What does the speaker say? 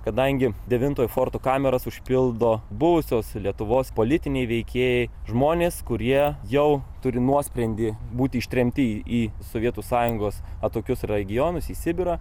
kadangi devintojo forto kameros užpildo buvusios lietuvos politiniai veikėjai žmonės kurie jau turi nuosprendį būti ištremti į sovietų sąjungos atokius regionus į sibirą